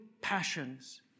passions